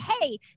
hey